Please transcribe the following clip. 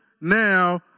now